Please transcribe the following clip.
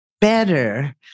better